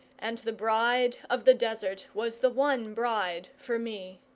and the bride of the desert was the one bride for me.